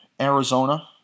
Arizona